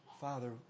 Father